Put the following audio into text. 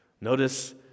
Notice